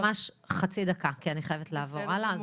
ממש חצי דקה, כי אני חייבת לעבור הלאה.